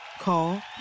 Call